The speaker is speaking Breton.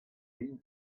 hini